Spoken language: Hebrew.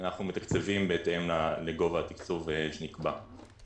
אנחנו מתקצבים בהתאם לגובה התקצוב שנקבע.